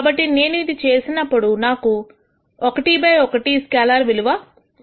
కాబట్టి నేను ఇది చేసినప్పుడు నాకు ఒకటి బై ఒకటి స్కేలార్ విలువ వస్తుంది